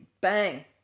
bang